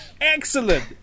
Excellent